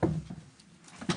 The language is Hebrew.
היכן שהפסקתי.